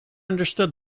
understood